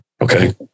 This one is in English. Okay